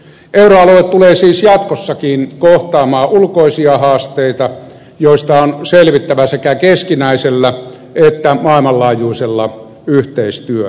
euroalue tulee siis jatkossakin kohtaamaan ulkoisia haasteita joista on selvittävä sekä keskinäisellä että maailmanlaajuisella yhteistyöllä